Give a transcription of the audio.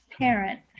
parent